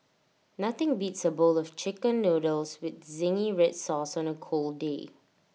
nothing beats A bowl of Chicken Noodles with Zingy Red Sauce on A cold day